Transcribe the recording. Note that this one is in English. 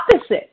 opposite